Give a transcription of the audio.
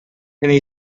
penny